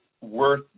worth